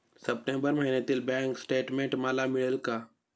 September महिन्यातील bank statement मला मिळेल का?